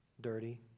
dirty